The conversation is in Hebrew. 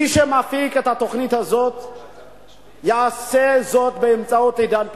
מי שמפיק את התוכנית הזאת יעשה זאת באמצעות "עידן פלוס".